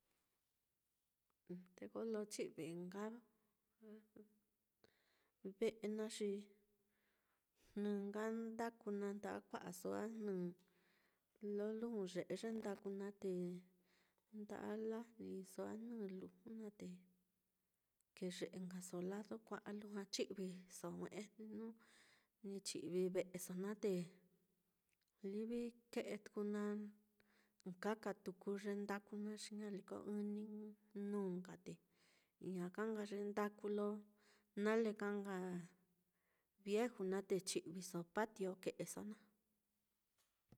Te ko lo chi'vi nka ve'e naá xi jnɨ nka ndaku naá nda'a kua'aso á jnɨ lo lujuye'e ye ndaku naá, te nda'a lajniso jnɨ luju naá, te keye'e nkaso lado kua'a lujua chi'viso jue'e jnu ni chi'vi ve'eso naá, te livi ke'e tuku naá, ɨkaka tuku ye ndaku naá xi ñaliko ɨ́ɨ́n ni nuu nka te ijña ka nka ye ndaku lo nale ka nka vieju naá, te chi'viso patio ke'eso naá.